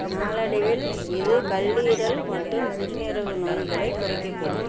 நாளடைவில் இது கல்லீரல் மற்றும் சிறுநீரக நோய்களைக் குறைக்கக்கூடும்